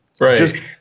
Right